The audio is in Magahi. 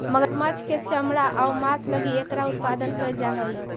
मगरमच्छ के चमड़ा आउ मांस लगी एकरा उत्पादन कैल जा हइ